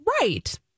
Right